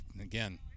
Again